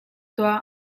tuah